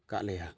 ᱟᱠᱟᱫ ᱞᱮᱭᱟ